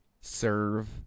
serve